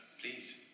please